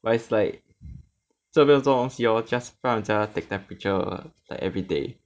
but it's like 真的没有做东西 lor just 帮人家 take temperature like every day